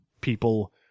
people